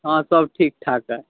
हँ सब ठीकठाक अइ